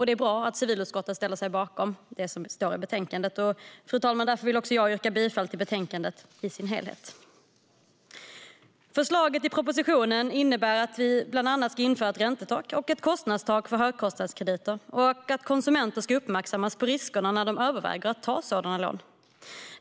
Det är bra att civilutskottet ställer sig bakom det som står i betänkandet. Därför yrkar även jag bifall till förslaget i betänkandet i dess helhet. Förslaget i propositionen innebär att vi bland annat ska införa ett räntetak och ett kostnadstak för högkostnadskrediter och att konsumenter ska uppmärksammas på riskerna när de överväger att ta sådana lån.